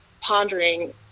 pondering